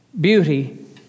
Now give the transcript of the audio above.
beauty